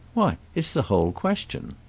why it's the whole question.